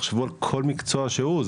תחשבו על כל מקצוע שהוא,